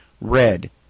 Red